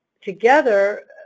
together